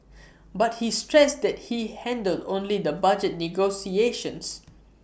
but he stressed that he handled only the budget negotiations